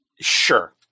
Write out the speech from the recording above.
Sure